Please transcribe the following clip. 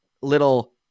little